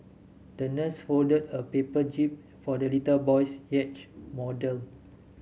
the nurse folded a paper jib for the little boy's yacht model